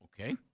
okay